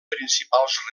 principals